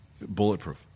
bulletproof